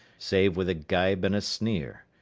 save with a gibe and a sneer.